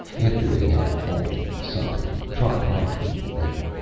after they had all eaten supper, he tried hard to keep awake.